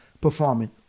performing